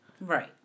Right